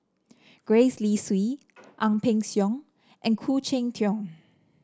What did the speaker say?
Gwee Li Sui Ang Peng Siong and Khoo Cheng Tiong